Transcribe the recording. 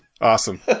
awesome